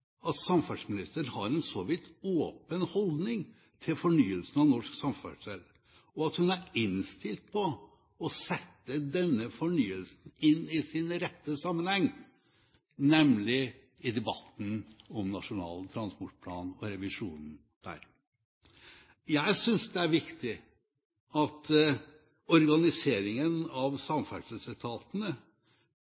at samferdselsministeren har en så vidt åpen holdning til fornyelsen av norsk samferdsel, og at hun er innstilt på å sette denne fornyelsen inn i sin rette sammenheng, nemlig i debatten om Nasjonal transportplan og revisjonen der. Jeg synes det er viktig at organiseringen av